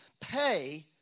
pay